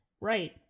Right